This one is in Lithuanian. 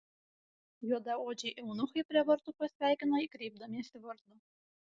juodaodžiai eunuchai prie vartų pasveikino jį kreipdamiesi vardu